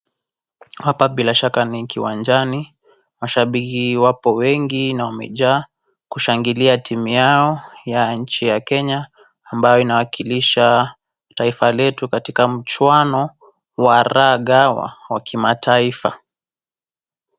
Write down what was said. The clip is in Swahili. Hapa bila shaka ni kiwanjani mashabiki wapo wengi na wamejaa kushangilia timu yao ya nchi ya Kenya ambayo inawakilisha taifa letu katika mjuano wa raga wa kimataifa.